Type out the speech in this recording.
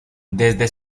desde